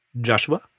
Joshua